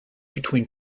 between